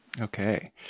Okay